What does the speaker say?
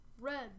Red